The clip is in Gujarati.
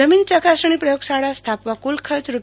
જમીન ચકાસણી પ્રયોગશાળા સ્થાપવા કુલ ખર્ચ રૂ